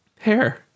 Hair